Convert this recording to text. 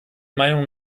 meinung